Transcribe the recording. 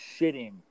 shitting